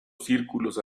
círculos